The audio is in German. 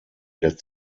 der